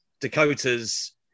Dakota's